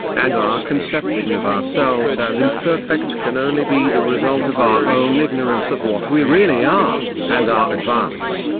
and our conception of ourselves as imperfect can only be the result of our own ignorance of what we really are and our advance,